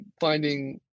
finding